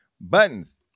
buttons